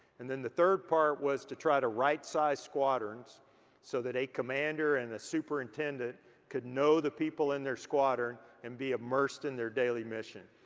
and then the third part was to try to right size squadrons so that a commander and a superintendent could know the people in their squadron and be immersed in their daily mission.